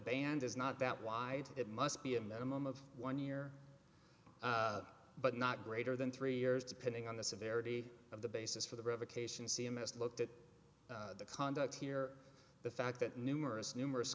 band is not that wide it must be a minimum of one year but not greater than three years depending on the severity of the basis for the revocation c m s looked at the conduct here the fact that numerous numerous